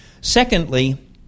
Secondly